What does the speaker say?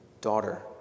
daughter